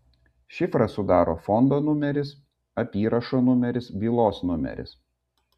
šifrą sudaro fondo numeris apyrašo numeris bylos numeris